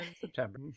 September